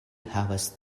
havas